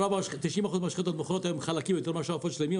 90% מהמשחטות מוכרות היום חלקים יותר מאשר עופות שלמים,